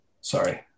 Sorry